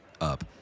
up